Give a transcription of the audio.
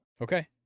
okay